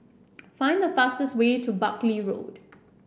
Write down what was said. find the fastest way to Buckley Road